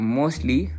mostly